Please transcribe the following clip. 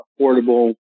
affordable